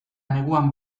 neguan